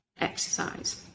exercise